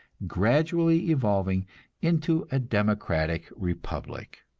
gradually evolving into a democratic republic.